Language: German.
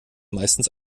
meistens